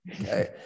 okay